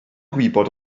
gwybod